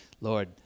Lord